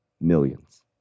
millions